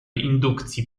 indukcji